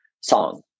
song